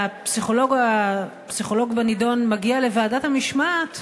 והפסיכולוג בנדון מגיע לוועדת המשמעת,